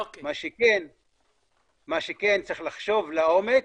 מה שכן צריך לחשוב לעומק,